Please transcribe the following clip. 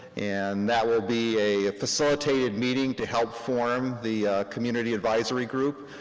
and that will be a facilitated meeting to help form the community advisory group.